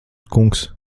kungs